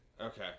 okay